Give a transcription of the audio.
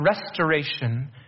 restoration